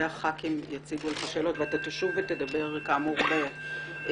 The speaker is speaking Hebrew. חברי הכנסת יציגו את השאלות ואתה תשוב ותדבר כאמור באריכות.